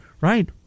Right